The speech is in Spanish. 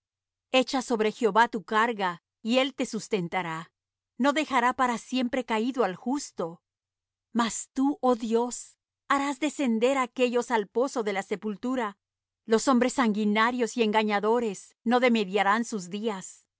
echa sobre jehová tu carga y él te sustentará no dejará para siempre caído al justo mas tú oh dios harás descender aquéllos al pozo de la sepultura los hombres sanguinarios y engañadores no demediarán sus días